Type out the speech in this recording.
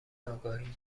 آگاهی